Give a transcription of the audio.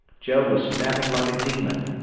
joe was snapping like a demon.